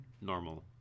normal